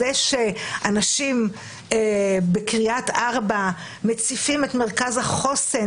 זה שאנשים בקריית ארבע מציפים את מרכז החוסן,